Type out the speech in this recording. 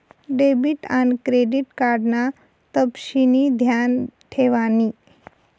debit आन credit card ना तपशिनी ध्यान ठेवानी